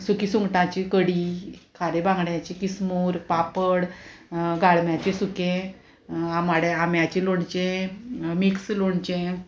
सुकी सुंगटाची कडी खाले बांगड्याची किसमूर पापड गाळम्याचे सुकें आमाड्या आंब्याचें लोणचें मिक्स लोणचें